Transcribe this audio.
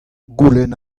goulenn